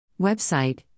Website